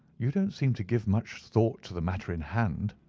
you don't seem to give much thought to the matter in hand,